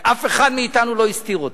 ואף אחד מאתנו לא הסתיר אותם,